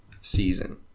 season